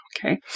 Okay